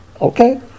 Okay